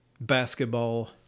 Basketball